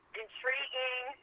intriguing